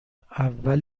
اول